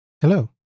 Hello